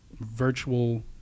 virtual